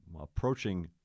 approaching